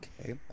Okay